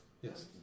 Yes